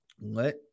let